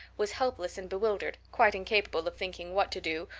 was helpless and bewildered, quite incapable of thinking what to do,